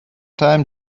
time